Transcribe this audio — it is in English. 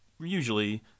usually